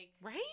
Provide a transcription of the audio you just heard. right